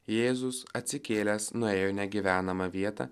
jėzus atsikėlęs nuėjo į negyvenamą vietą